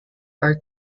are